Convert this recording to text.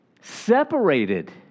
separated